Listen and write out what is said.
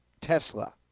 Tesla